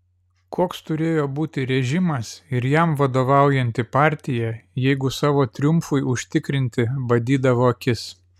koks turėjo būti režimas ir jam vadovaujanti partija jeigu savo triumfui užtikrinti badydavo akis